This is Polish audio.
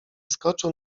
skoczył